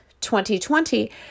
2020